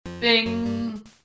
Bing